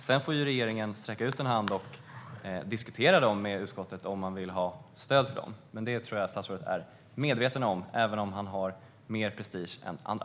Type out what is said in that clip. Sedan får regeringen sträcka ut en hand och diskutera dem med utskottet om man vill ha stöd för dem, men det tror jag att statsrådet är medveten om, även om han har mer prestige än andra.